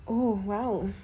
oh !wow!